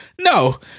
No